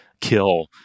kill